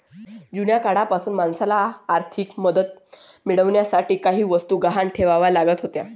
जुन्या काळापासूनच माणसाला आर्थिक मदत मिळवण्यासाठी काही वस्तू गहाण ठेवाव्या लागत होत्या